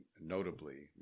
notably